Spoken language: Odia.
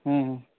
ହୁଁ ହୁଁ